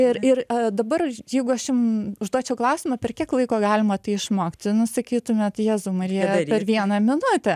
ir ir dabar jeigu aš jum užduočiau klausimą per kiek laiko galima tai išmokti nu sakytumėt jėzau marija per vieną minutę